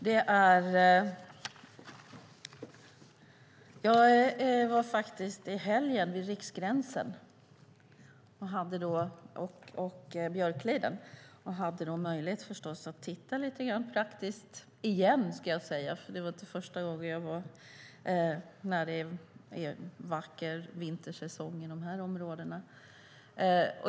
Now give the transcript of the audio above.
Fru talman! Jag var faktiskt i Riksgränsen och i Björkliden i helgen och hade då förstås möjlighet att titta lite grann praktiskt på detta, igen ska jag säga, för det var inte första gången jag var där när det är vacker vintersäsong i de här områdena.